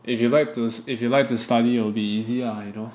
if you like to if you like to study it will be easy lah you know